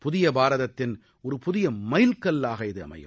புதிய பாரதத்தின் ஒரு புதிய மைல்கல்லாக இது அமையும்